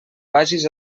vagis